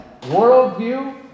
worldview